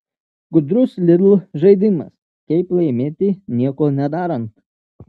gudrus lidl žaidimas kaip laimėti nieko nedarant